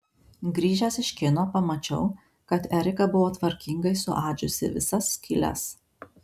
grįžęs iš kino pamačiau kad erika buvo tvarkingai suadžiusi visas skyles